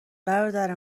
برادر